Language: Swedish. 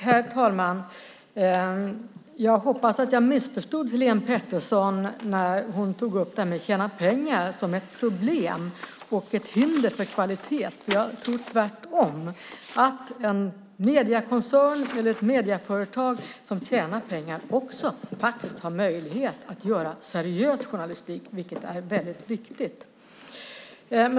Herr talman! Jag hoppas att jag missförstod Helene Petersson när hon tog upp det där med att tjäna pengar som ett problem och ett hinder för kvalitet. Jag tror tvärtom att en mediekoncern eller ett medieföretag som tjänar pengar också har möjlighet att göra seriös journalistik, vilket är väldigt viktigt.